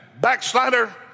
Backslider